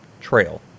trail